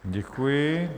Děkuji.